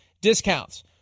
discounts